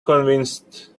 convinced